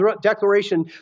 declaration